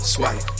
Swipe